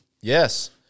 yes